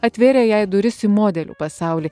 atvėrė jai duris į modelių pasaulį